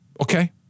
Okay